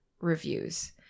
reviews